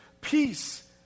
peace